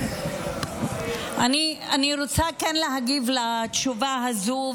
אני רוצה כן להגיב על התשובה הזו.